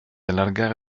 allargare